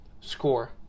score